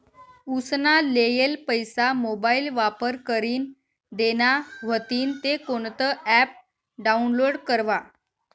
उसना लेयेल पैसा मोबाईल वापर करीन देना व्हतीन ते कोणतं ॲप डाऊनलोड करवा?